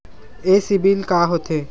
ये सीबिल का होथे?